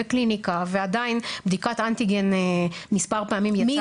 קליניקה ועדיין בדיקת האנטיגן מספר פעמים יצאה שלילית -- מי